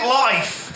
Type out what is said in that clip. life